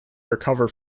recover